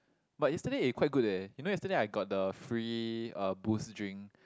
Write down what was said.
but yesterday it quite good eh you know yesterday I got the free uh Boost drink